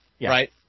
right